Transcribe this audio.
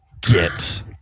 get